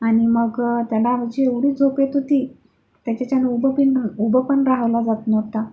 आणि मग त्याला जी एवढी झोप येत होती त्याच्याच्यानं उभं पण उभं पण राहवलं जात नव्हतं